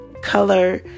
color